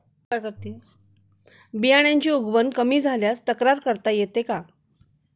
बियाण्यांची उगवण कमी झाल्यास तक्रार करता येते का?